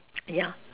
yeah